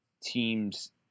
teams